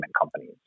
companies